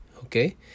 Okay